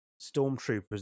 Stormtroopers